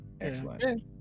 Excellent